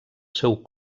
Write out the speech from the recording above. seu